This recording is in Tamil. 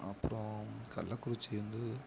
அப்புறம் கள்ளக்குறிச்சி வந்து